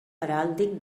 heràldic